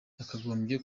yakagombye